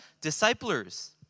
disciples